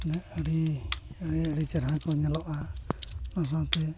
ᱢᱟᱱᱮ ᱟᱹᱰᱤ ᱟᱹᱰᱤ ᱪᱮᱦᱨᱟ ᱠᱚ ᱧᱮᱞᱚᱜᱼᱟ ᱚᱱᱟ ᱥᱟᱶᱛᱮ